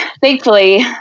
thankfully